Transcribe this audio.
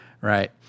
Right